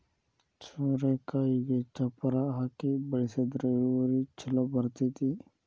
ಸೋರೆಕಾಯಿಗೆ ಚಪ್ಪರಾ ಹಾಕಿ ಬೆಳ್ಸದ್ರ ಇಳುವರಿ ಛಲೋ ಬರ್ತೈತಿ